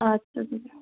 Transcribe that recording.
اَدٕ سا بِہِو